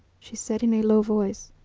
she said in a low voice.